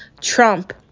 Trump